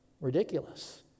ridiculous